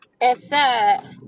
inside